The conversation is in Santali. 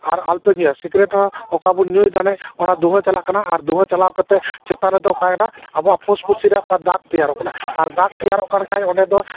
ᱟᱨ ᱟᱞᱚᱯᱮ ᱧᱩᱭᱟ ᱥᱤᱜᱟᱨᱮᱴ ᱦᱚᱸ ᱚᱠᱟ ᱵᱚᱱ ᱧᱩᱭ ᱮᱫᱟ ᱚᱱᱟ ᱫᱷᱩᱸᱣᱟᱹ ᱪᱟᱞᱟᱜ ᱠᱟᱱᱟ ᱟᱨ ᱫᱷᱩᱸᱣᱟᱹ ᱪᱟᱞᱟᱣ ᱠᱟᱛᱮᱫ ᱪᱮᱛᱟᱱ ᱨᱮᱫᱚ ᱚᱠᱟᱭᱮᱱᱟ ᱟᱵᱚᱣᱟᱜ ᱯᱷᱩᱥᱯᱷᱩᱥᱤ ᱨᱮᱭᱟᱜ ᱚᱠᱟ ᱫᱟᱜᱽ ᱛᱮᱭᱟᱨᱚᱜ ᱠᱟᱱᱟ ᱟᱨ ᱫᱟᱜᱽ ᱛᱮᱭᱟᱨᱚᱜ ᱠᱟᱱ ᱠᱷᱟᱡ ᱚᱸᱰᱮ ᱫᱚ